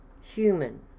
human